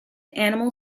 animal